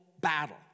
battle